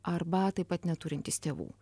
arba taip pat neturintys tėvų